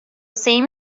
same